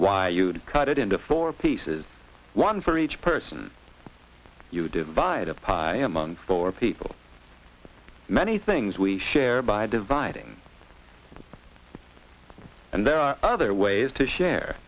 why you'd cut it into four pieces one for each person you divide a pie among four people many things we share by dividing and there are other ways to share